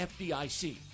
fdic